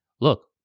Look